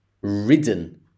ridden